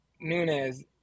Nunez